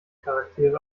charaktere